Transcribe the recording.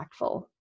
impactful